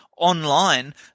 online